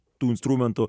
tų instrumentų